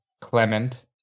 Clement